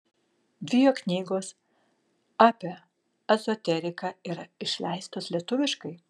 dvi jo knygos apie ezoteriką yra išleistos lietuviškai